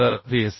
तरVSB